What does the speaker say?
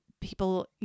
people